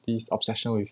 this obsession with